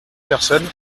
personnes